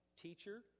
Teacher